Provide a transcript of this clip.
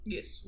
Yes